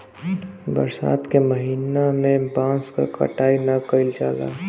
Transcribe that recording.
बरसात के महिना में बांस क कटाई ना कइल जाला